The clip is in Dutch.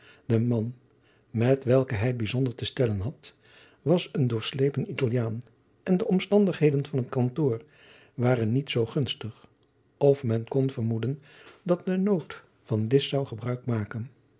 de man met welken hij bijzonder te stellen had was een doorslepen italiaan en de omstandigheden van het kantoor waren niet zoo gunstig of men kon vermoeden dat de nood van list zou gebruik maken